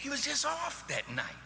he was just off that night